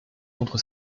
contre